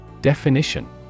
Definition